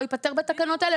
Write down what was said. לא ייפתר בתקנות האלה,